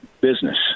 business